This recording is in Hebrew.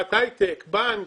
חברת היי-טק, בנק,